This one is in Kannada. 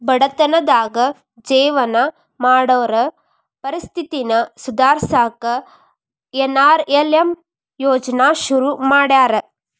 ಬಡತನದಾಗ ಜೇವನ ಮಾಡೋರ್ ಪರಿಸ್ಥಿತಿನ ಸುಧಾರ್ಸಕ ಎನ್.ಆರ್.ಎಲ್.ಎಂ ಯೋಜ್ನಾ ಶುರು ಮಾಡ್ಯಾರ